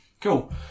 Cool